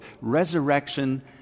resurrection